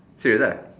here lah